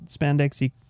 spandexy